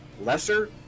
lesser